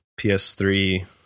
PS3